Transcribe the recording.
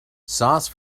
sauce